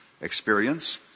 experience